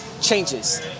changes